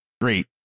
Great